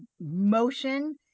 motion